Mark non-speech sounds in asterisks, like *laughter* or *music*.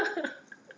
*laughs*